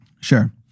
Sure